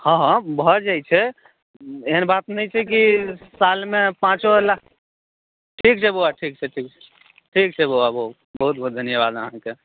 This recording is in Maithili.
हँ हँ भऽ जाइ छै ऐहन बात नहि छै कि सालमे पाँचो लाख ठीक छै बौआ ठीक छै ठीक छै ठीक छै बौआ बाबू बहुत बहुत धन्यवाद अहाँके